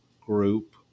group